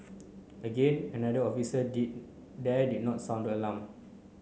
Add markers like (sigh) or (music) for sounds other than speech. again another officer (unintelligible) there did not sound the alarm